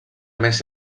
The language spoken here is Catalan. més